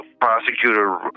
prosecutor